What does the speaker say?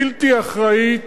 בלתי אחראית,